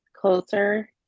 closer